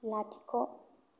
लाथिख'